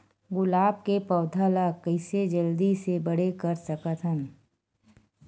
गुलाब के पौधा ल कइसे जल्दी से बड़े कर सकथन?